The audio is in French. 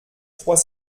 trois